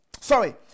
sorry